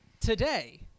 today